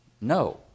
no